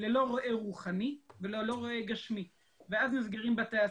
ללא רועה רוחני וללא רועה גשמי ואז נסגרים בתי הספר.